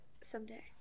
someday